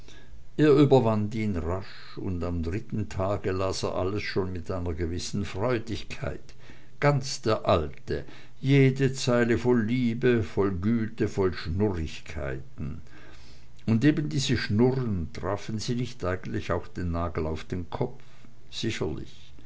überwand ihn rasch und am dritten tag las er alles schon mit einer gewissen freudigkeit ganz der alte jede zeile voll liebe voll güte voll schnurrigkeiten und eben diese schnurren trafen sie nicht eigentlich auch den nagel auf den kopf sicherlich